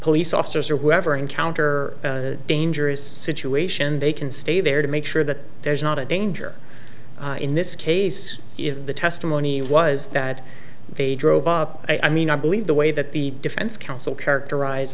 police officers or whoever encounter a dangerous situation they can stay there to make sure that there's not a danger in this case if the testimony was that they drove up i mean i believe the way that the defense counsel characterize